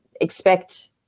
expect